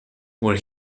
where